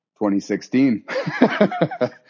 2016